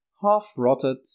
Half-rotted